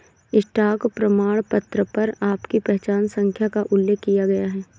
stock प्रमाणपत्र पर आपकी पहचान संख्या का उल्लेख किया गया है